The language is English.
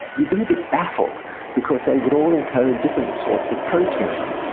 you'd be a bit baffled because they would all encode different sorts of proteins.